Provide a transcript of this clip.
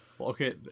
Okay